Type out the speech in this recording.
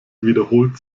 wiederholt